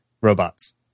Robots